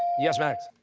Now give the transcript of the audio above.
yes, max?